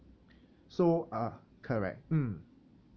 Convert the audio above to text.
so uh correct mm